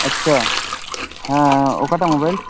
ᱟᱪᱪᱷᱟ ᱦᱮᱸ ᱚᱠᱟᱴᱟᱜ ᱢᱳᱵᱟᱭᱤᱞ